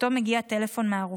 פתאום הגיע טלפון מהרופאה: